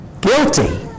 Guilty